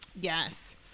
Yes